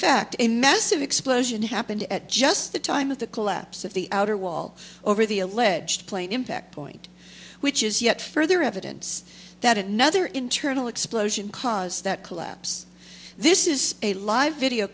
fact a massive explosion happened at just the time of the collapse of the outer wall over the alleged plane impact point which is yet further evidence that another internal explosion caused that collapse this is a live video